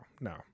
no